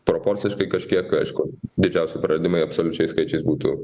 proporciškai kažkiek aišku didžiausi praradimai absoliučiai skaičiais būtų